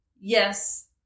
Yes